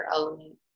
element